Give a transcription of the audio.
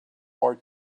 more